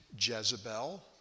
Jezebel